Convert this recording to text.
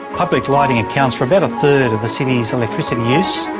public lighting accounts for about a third of the city's electricity use.